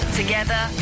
together